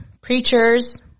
preachers